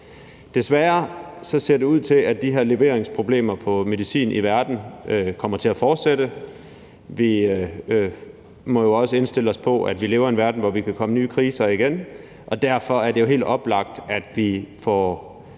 Desværre ser det ud til, at de her leveringsproblemer med medicin i verden kommer til at fortsætte. Vi må jo også indstille os på, at vi lever i en verden, hvor der kan komme nye kriser igen, og derfor er det jo helt oplagt, at vi får